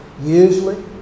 usually